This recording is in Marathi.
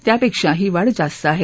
त्यापेक्षा ही वाढ जास्त आहे